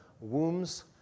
wombs